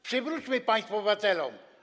Przywróćmy państwo obywatelom.